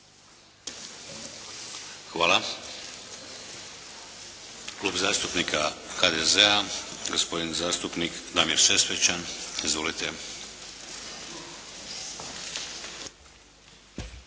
Hvala. Klub zastupnika HDZ-a, gospodin zastupnik Damir Sesvečan. Izvolite.